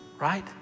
Right